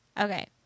okay